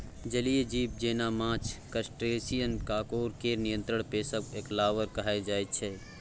जलीय जीब जेना माछ, क्रस्टेशियंस, काँकोर केर नियंत्रित पोसब एक्वाकल्चर कहय छै